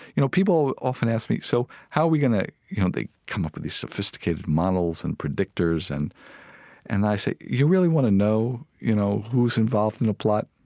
you know, people often ask me, so, how we gonna, you know, come up with these sophisticated models and predictors and and i say, you really wanna know, you know, who's involved in a plot?